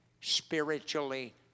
spiritually